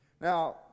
Now